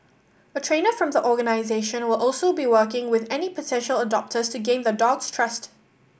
a trainer from the organisation will also be working with any potential adopters to gain the dog's trust